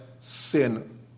sin